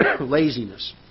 laziness